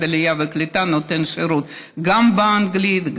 העלייה והקליטה נותן שירות גם באנגלית,